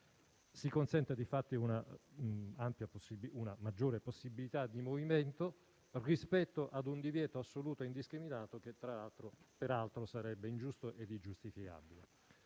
Si consente infatti una maggiore possibilità di movimento rispetto a un divieto assoluto e indiscriminato, che peraltro sarebbe ingiusto e ingiustificabile.